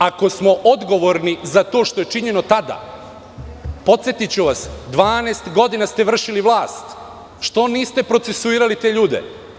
Ako smo odgovorni za to što je činjeno tada, podsetiću vas, 12 godina ste vršili vlast, što niste procesuirali te ljude?